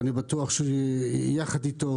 ואני בטוח שיחד איתו,